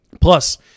Plus